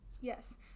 yes